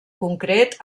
concret